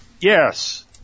Yes